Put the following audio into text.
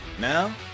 Now